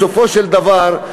בסופו של דבר,